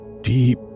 deep